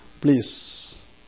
Please